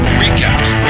recaps